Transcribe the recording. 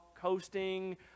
coasting